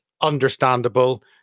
understandable